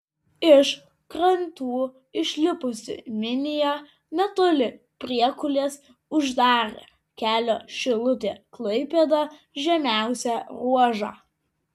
iš krantų išlipusi minija netoli priekulės uždarė kelio šilutė klaipėda žemiausią ruožą